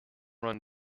run